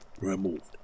removed